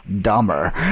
dumber